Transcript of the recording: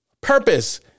purpose